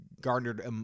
garnered